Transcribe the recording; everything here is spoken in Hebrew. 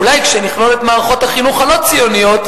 אולי כשנכלול את מערכות החינוך הלא-ציוניות,